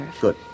Good